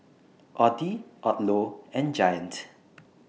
Audi Odlo and Giant